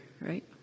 right